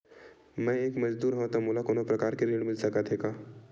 मैं एक मजदूर हंव त मोला कोनो प्रकार के ऋण मिल सकत हे का?